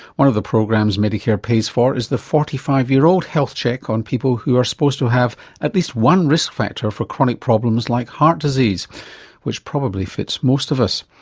one of the programs medicare pays for is the forty five year old health check on people who are supposed to have at least one risk factor for chronic problems like heart disease which probably fits most of us.